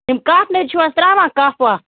یِم کَف نٔرۍ چھِو حظ ترٛاوان کَف وَف